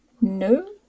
No